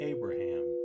Abraham